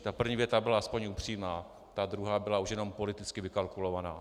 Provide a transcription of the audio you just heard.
Ta první věta byla aspoň upřímná, ta druhá byla už jenom politicky vykalkulovaná.